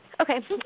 Okay